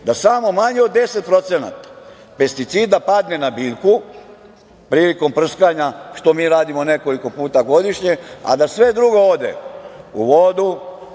Samo manje od 10% pesticida padne na biljku prilikom prskanja, što mi radimo nekoliko puta godišnje, a da sve drugo ode u vodu,